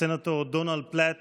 הסנאטור דונלד פלאט